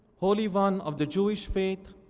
holy one of the jewish faith,